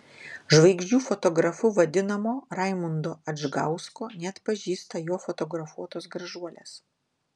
žvaigždžių fotografu vadinamo raimundo adžgausko neatpažįsta jo fotografuotos gražuolės